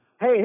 hey